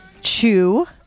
Chew